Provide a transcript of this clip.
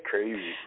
Crazy